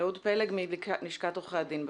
אהוד פלג מלשכת עורכי הדין.